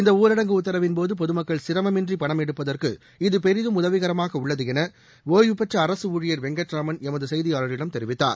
இந்தஊரடங்கு உத்தரவின் போதபொதுமக்கள் சிரமமின்றிபணம் எடுப்பதற்கு இது பெரிதும் உதவிக்கரமாகஉள்ளதுஎனஒய்வுப் பெற்றஅரசுஊழியர் வெங்கட்ராமன் எமதுசெய்தியாளரிடம் தெரிவித்தார்